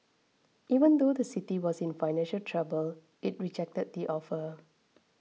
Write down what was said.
even though the city was in financial trouble it rejected the offer